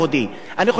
שזאת גזענות,